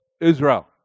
Israel